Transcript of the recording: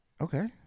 Okay